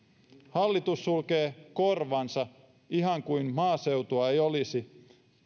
hallitus sulkee korvansa ihan kuin maaseutua ei olisi